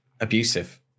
abusive